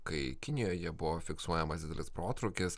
kai kinijoje buvo fiksuojamas didelis protrūkis